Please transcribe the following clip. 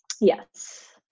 yes